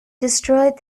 destroyed